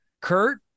Kurt